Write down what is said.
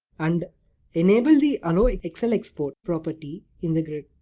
and enable the allowexcelexport property in the grid.